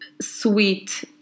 sweet